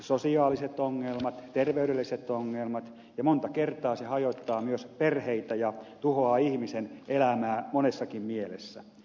sosiaaliset ongelmat terveydelliset ongelmat ja monta kertaa se hajottaa myös perheitä ja tuhoaa ihmisen elämää monessakin mielessä